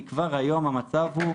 כי כבר היום המצב הוא,